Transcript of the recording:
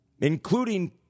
including